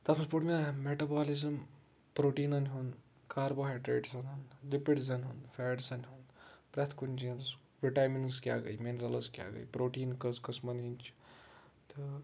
تَتھ منٛز پوٚر مےٚ میٹابولزم پروٹینن ہُند کاربوہایڈریٹسن ہُنٛد لپڈزن ہُنٛد فیٹزن ہُنٛد پرٮ۪تھ کُنہِ جیٖنزُک وٹامِنز کیاہ گے مِنرٕلز کیاہ گے پروٹینز کٔژ قٕسمَن ہنٛدۍ چھِ تہٕ